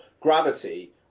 Gravity